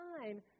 time